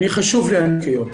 חשוב לי הניקיון.